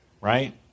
right